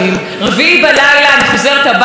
שלשום בלילה,